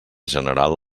general